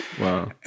Wow